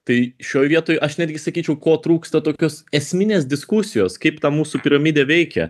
tai šioj vietoj aš netgi sakyčiau ko trūksta tokios esminės diskusijos kaip ta mūsų piramidė veikia